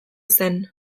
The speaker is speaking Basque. zen